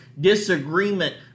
disagreement